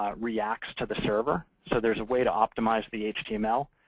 um reacts to the server. so there's a way to optimize the html.